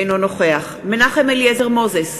אינו נוכח מנחם אליעזר מוזס,